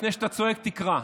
לפני שאתה צועק תקרא,